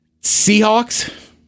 Seahawks